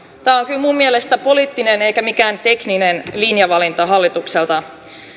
tämä on kyllä minun mielestäni poliittinen eikä mikään tekninen linjavalinta hallitukselta